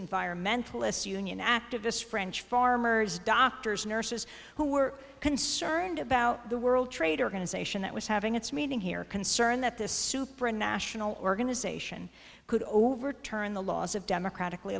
environmentalist union activists french farmers doctors nurses who were concerned about the world trade organization that was having its meeting here concerned that this supra national organization could overturn the laws of democratically